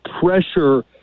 pressure